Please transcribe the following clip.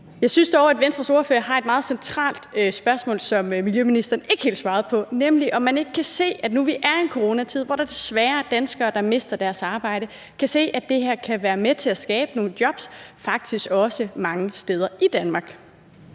Jeg synes dog, at Venstres ordfører har et meget centralt spørgsmål, som miljøministeren ikke helt svarede på, nemlig om man ikke nu, hvor vi er i en coronatid og der desværre er danskere, der mister deres arbejde, kan se, at det her faktisk også kan være med til at skabe nogle jobs mange steder i Danmark.